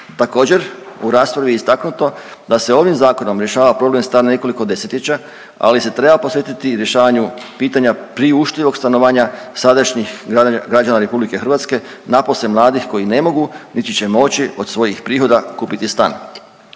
Također u raspravi je istaknuto da se ovim zakonom rješava problem star nekoliko 10-ljeća, ali se treba posvetiti i rješavanju pitanja priuštivog stanovanja sadašnjih građana RH, napose mladih koji ne mogu, niti će moći od svojih prihoda kupiti stan.